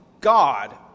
God